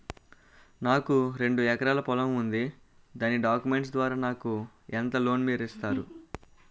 నాకు రెండు ఎకరాల పొలం ఉంది దాని డాక్యుమెంట్స్ ద్వారా నాకు ఎంత లోన్ మీరు ఇస్తారు?